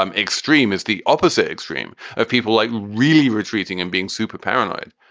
um extreme is the opposite extreme of people like really retreating and being super paranoid.